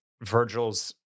Virgil's